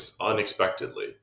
unexpectedly